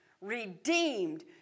redeemed